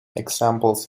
examples